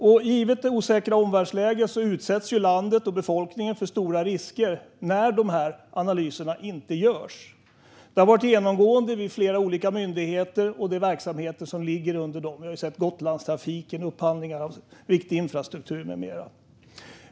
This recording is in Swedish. I detta osäkra omvärldsläge utsätts landet och befolkningen för stora risker när de analyserna inte görs. Det har varit genomgående vid flera olika myndigheter och i verksamheter som ligger under dem. Det gäller Gotlandstrafiken, upphandlingar av viktig infrastruktur med mera.